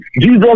Jesus